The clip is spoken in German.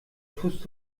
tust